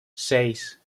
seis